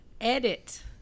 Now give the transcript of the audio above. Edit